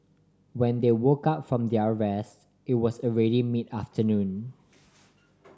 when they woke up from their rest it was already mid afternoon